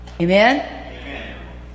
Amen